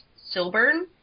Silburn